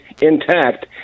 intact